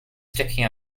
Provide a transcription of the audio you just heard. sticky